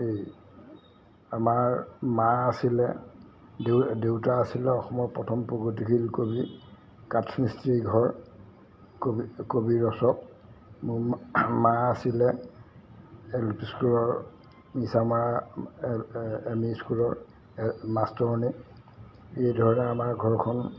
এই আমাৰ মা আছিলে দেউতা আছিলে অসমৰ প্ৰথম প্ৰগতিশীল কবি কাঠমিস্ত্ৰী ঘৰ কবি কবি ৰচক মোৰ মা আছিলে এল পি স্কুলৰ মিছামৰা এম ই স্কুলৰ মাষ্টৰণী এইধৰণৰ আমাৰ ঘৰখন